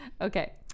Okay